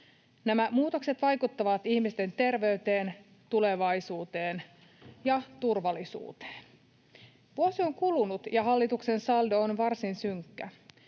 Nämä muutokset vaikuttavat ihmisten terveyteen, tulevaisuuteen ja turvallisuuteen. Vuosi on kulunut, ja hallituksen saldo on varsin synkkä.